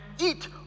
eat